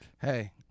Hey